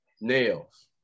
nails